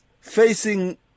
facing